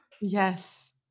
Yes